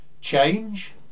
Change